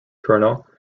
colonel